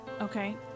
Okay